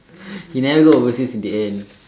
he never go overseas in the end